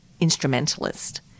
instrumentalist